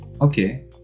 Okay